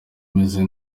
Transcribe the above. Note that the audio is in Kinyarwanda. meze